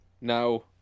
Now